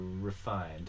refined